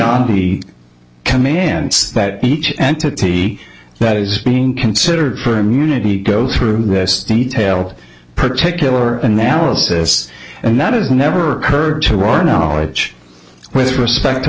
leon the commands that each entity that is being considered for immunity go through this detail particular and now this and that is never occurred to our knowledge with respect to